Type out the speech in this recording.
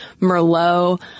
Merlot